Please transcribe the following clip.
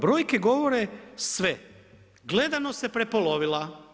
Brojke govore sve, gledanost se prepolovila.